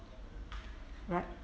right